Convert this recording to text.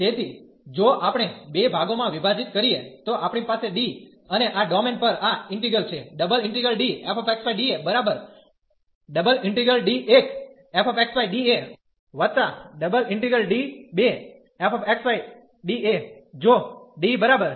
તેથી જો આપણે બે ભાગોમાં વિભાજીત કરીએ તો આપણી પાસે D અને આ ડોમેન પર આ ઈન્ટિગ્રલ છે